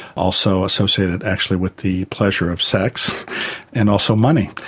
also associated actually with the pleasure of sex and also money.